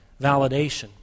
validation